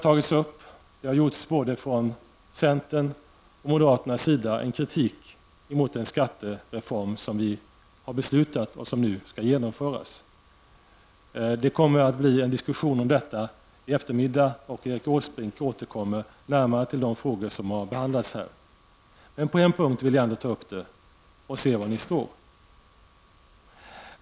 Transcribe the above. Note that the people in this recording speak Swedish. Både centern och moderaterna har tagit upp en kritik mot den skattereform som vi har beslutat och som nu skall genomföras. Det kommer en diskussion om detta i eftermiddag, då Erik Åsbrink återkommer närmare till de frågor som har behandlats här. Men på en punkt vill jag ta upp detta och se var ni står.